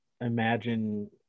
imagine